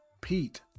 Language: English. Pete